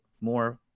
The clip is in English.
more